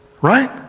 Right